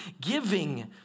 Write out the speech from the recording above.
giving